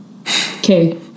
Okay